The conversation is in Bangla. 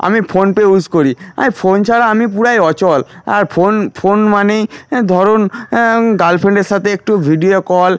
আমি ফোনপে ইউস করি ফোন ছাড়া আমি পুরাই অচল আর ফোন ফোন মানেই ধরুন গার্লফ্রেন্ডের সাতে একটু ভিডিও কল